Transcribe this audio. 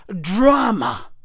drama